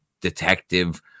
detective